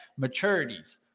maturities